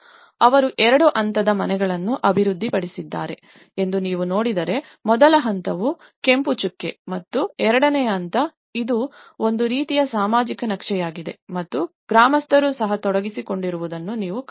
ಆದ್ದರಿಂದ ಅವರು ಎರಡು ಹಂತದ ಮನೆಗಳನ್ನು ಅಭಿವೃದ್ಧಿಪಡಿಸಿದ್ದಾರೆ ಎಂದು ನೀವು ನೋಡಿದರೆ ಮೊದಲ ಹಂತವು ಕೆಂಪು ಚುಕ್ಕೆ ಮತ್ತು ಎರಡನೇ ಹಂತ ಇದು ಒಂದು ರೀತಿಯ ಸಾಮಾಜಿಕ ನಕ್ಷೆಯಾಗಿದೆ ಮತ್ತು ಗ್ರಾಮಸ್ಥರು ಸಹ ತೊಡಗಿಸಿಕೊಂಡಿರುವುದನ್ನು ನೀವು ಕಾಣಬಹುದು